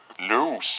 No